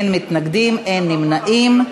אין מתנגדים, אין נמנעים.